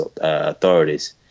authorities